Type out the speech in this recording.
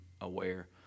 aware